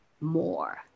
more